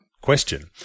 question